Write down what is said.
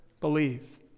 believe